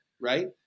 Right